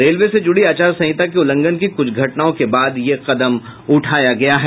railway से जुड़ी आचार संहित के उल्लंघन की कुछ घटनाओं के बाद यह कदम उठाया गया है